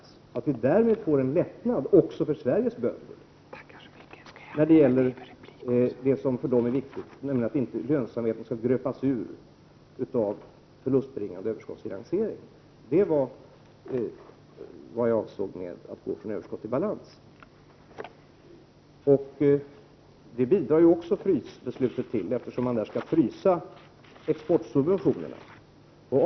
Därmed får vi = 12 april 1989 en lättnad också för Sveriges bönder när det gäller det som är viktigt för dem, nämligen att lönsamheten inte skall gröpas ur av förlustbringande överskottsfinansiering. Detta är innebörden av det jag sade om att gå från överskott till balans, vilket beslutet om frysning också bidrar till, eftersom exportsubventionerna skall frysas.